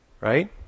right